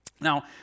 Now